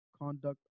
conduct